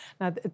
Now